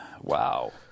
wow